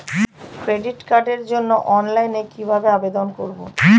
Credit কার্ডের জন্য অনলাইনে কিভাবে আবেদন করব?